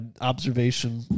observation